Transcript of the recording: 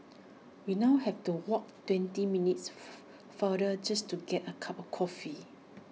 we now have to walk twenty minutes F farther just to get A cup of coffee